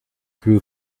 grew